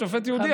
שופט יהודי.